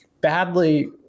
badly